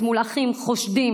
מול אחים חושדים,